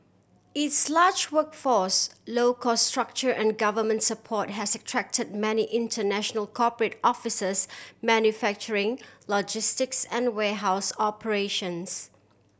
its large workforce low cost structure and government support has attract many international corporate offices manufacturing logistics and warehouse operations